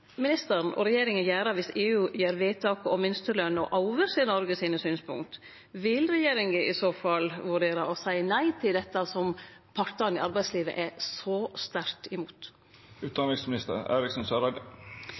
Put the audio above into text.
ministeren og regjeringa gjere viss EU gjer vedtak om minsteløn og overser synspunkta til Noreg? Vil regjeringa i så fall vurdere å seie nei til dette som partane i arbeidslivet er så sterkt imot?